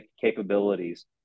capabilities